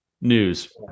news